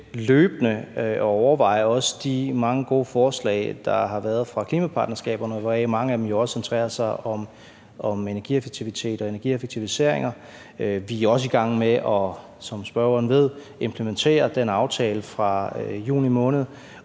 løbende at overveje også de mange gode forslag, der har været fra klimapartnerskaberne, hvoraf mange af dem jo også centrerer sig om energieffektivitet og energieffektiviseringer. Vi er, som spørgeren ved, også i gang med at implementere den aftale fra juni måned.